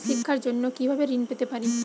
শিক্ষার জন্য কি ভাবে ঋণ পেতে পারি?